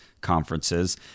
conferences